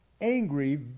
angry